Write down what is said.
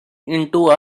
into